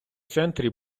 центрі